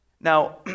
Now